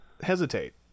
hesitate